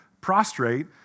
prostrate